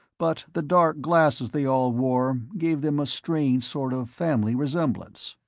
but the dark glasses they all wore gave them a strange sort of family resemblance.